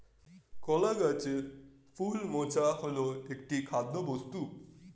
কলা গাছের ফুল মোচা হল একটি খাদ্যবস্তু